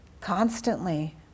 constantly